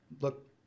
look